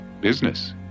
Business